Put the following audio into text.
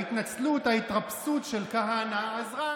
ההתנצלות, ההתרפסות של כהנא, עזרה.